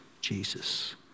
Jesus